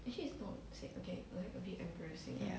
ya